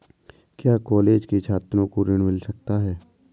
क्या कॉलेज के छात्रो को ऋण मिल सकता है?